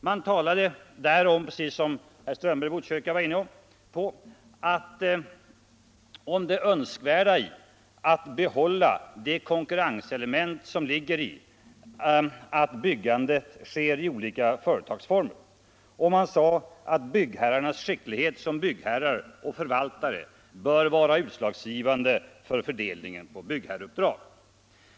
Man uttalade, som herr Strömberg i Botkyrka nämnde, det önskvärda i att behålla det konkurrenselement som ligger i att byggandet sker i olika företagsformer och framhöll, att byggherrarnas skicklighet som byggherrar och förvaltare bör vara utslagsgivande vid fördelningen av byggherreuppdrag.